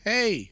Hey